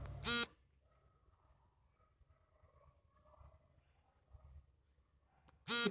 ಇತರ ಬೆಳೆಗಳಿಗೆ ಹೋಲಿಸಿಕೊಂಡರೆ ಹೂವಿನ ಬೆಳೆ ಅತಿ ಬೇಗ ಬೆಳೆಯೂ ಮತ್ತು ಹೆಚ್ಚು ಲಾಭದಾಯಕ ಕೃಷಿಯಾಗಿದೆ